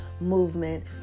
movement